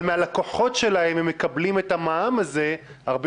אבל מהלקוחות שלהם הם מקבלים את המע"מ הזה הרבה